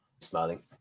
smiling